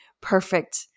perfect